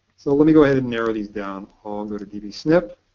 so let me go ahead and narrow these down. i'll go to dbsnp.